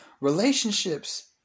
relationships